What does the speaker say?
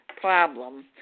problem